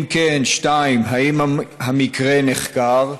2. אם כן, האם המקרה נחקר?